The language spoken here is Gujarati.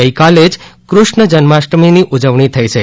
ગઇકાલે જ કૃષ્ણ જન્માષ્ટમીની ઉજવણી થઇ છે